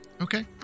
Okay